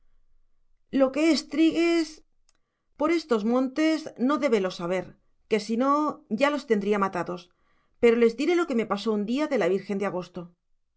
lo que es trigues por estos montes no debe de los haber que si no ya los tendría matados pero les diré lo que me pasó un día de la virgen de agosto